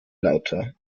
lauter